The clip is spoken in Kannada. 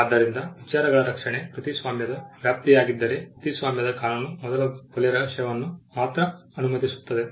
ಆದ್ದರಿಂದ ವಿಚಾರಗಳ ರಕ್ಷಣೆ ಕೃತಿಸ್ವಾಮ್ಯದ ವ್ಯಾಪ್ತಿಯಾಗಿದ್ದರೆ ಕೃತಿಸ್ವಾಮ್ಯದ ಕಾನೂನು ಮೊದಲ ಕೊಲೆ ರಹಸ್ಯವನ್ನು ಮಾತ್ರ ಅನುಮತಿಸುತ್ತದೆ